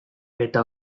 eta